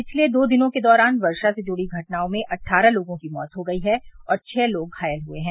पिछले दो दिनों के दौरान वर्षा से जूड़ी घटनाओं में अट्ठारह लोगों की मौत हो गयी है और छह लोग घायल हुए हैं